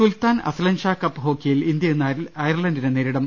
സുൽത്താൻ Azlan Shah cup ഹോക്കിയിൽ India ഇന്ന് അയർലന്റിനെ നേരിടും